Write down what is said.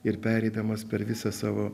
ir pereidamas per visą savo